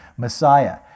Messiah